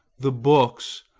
the books,